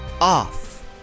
off